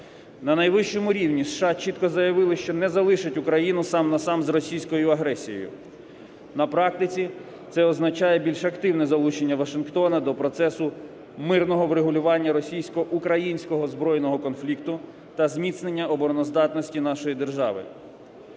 На найвищому рівні США чітко заявили, що не залишать Україну сам на сам з російською агресією, на практиці це означає більш активне залучення Вашингтону до процесу мирного врегулювання російсько-українського збройного конфлікту та зміцнення обороноздатності нашої держави.